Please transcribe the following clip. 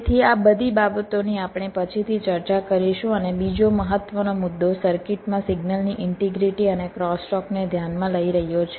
તેથી આ બધી બાબતોની આપણે પછીથી ચર્ચા કરીશું અને બીજો મહત્વનો મુદ્દો સર્કિટમાં સિગ્નલની ઈન્ટીગ્રિટી અને ક્રોસટોક ને ધ્યાનમાં લઈ રહ્યો છે